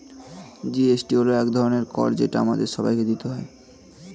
GST হল এক ধরনের কর যেটা আমাদের সবাইকে দিতে হয়